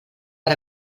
per